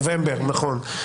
נובמבר, נכון.